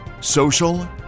Social